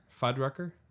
fudrucker